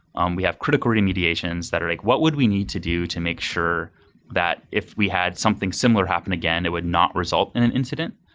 um we have critical remediation that are like, what would we need to do to make sure that if we had something similar happen again, it would not result in an incident?